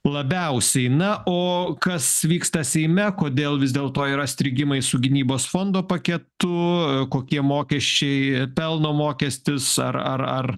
labiausiai na o kas vyksta seime kodėl vis dėlto yra strigimai su gynybos fondo paketu kokie mokesčiai pelno mokestis ar ar ar